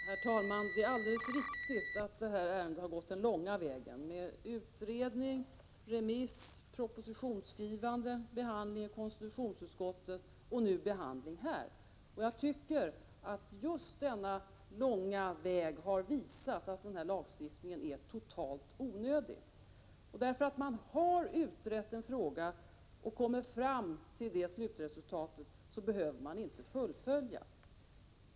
Herr talman! Det är alldeles riktigt att detta ärende har gått den långa vägen, med utredning, remiss, propositionsskrivande, behandling i konstitutionsutskottet och nu behandling här i kammaren. Just detta har visat att denna lagstiftning är totalt onödig. Bara därför att man har utrett en fråga och kommit fram till ett slutresultat behöver det inte fullföljas.